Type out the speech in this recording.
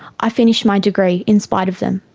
i finished my degree, in spite of them.